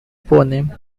ponen